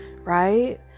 right